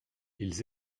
ils